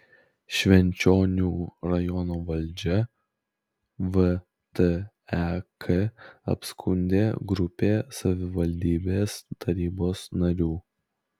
švenčionių rajono valdžią vtek apskundė grupė savivaldybės tarybos narių